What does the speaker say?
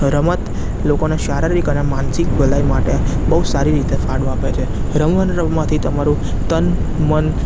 રમત લોકોને શારીરિક અને માનસિક ભલાઈ માટે બહુ સારી રીતે ફાળો આપે છે રમત રમવાથી તમારું તન મન